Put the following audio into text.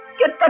get but